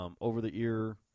over-the-ear